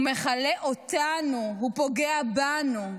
מכלה אותנו, פוגע בנו.